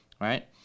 right